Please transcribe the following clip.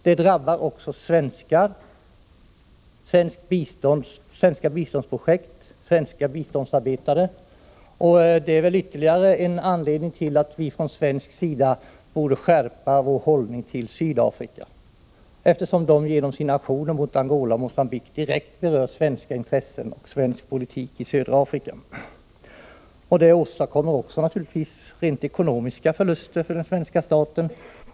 Detta drabbar också svenska biståndsprojekt och svenska biståndsarbeta re. Det är väl ytterligare en anledning till att från svensk sida skärpa hållningen till Sydafrika, vars aktioner mot Angola och Mogambique direkt berör svenska intressen och svensk politik i södra Afrika. Aktionerna medför naturligtvis också rent ekonomiska förluster för svenska staten.